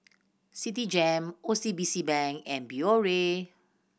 Citigem O C B C Bank and Biore